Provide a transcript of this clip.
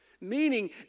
meaning